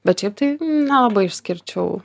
bet šiaip tai nelabai išskirčiau